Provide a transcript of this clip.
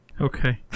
Okay